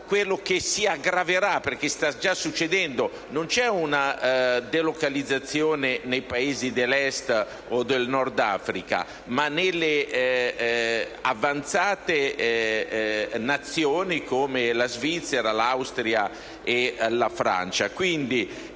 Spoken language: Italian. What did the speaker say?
situazione si aggraverà perché sta già succedendo. Non c'è una delocalizzazione nei Paesi dell'Est o del Nord Africa, ma nelle avanzate Nazioni come la Svizzera, l'Austria e la Francia.